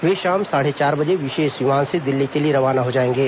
वे शाम साढ़े चार बजे विशेष विमान से दिल्ली के लिए रवाना हो जाएंगे